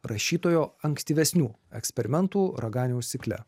rašytojo ankstyvesnių eksperimentų raganiaus cikle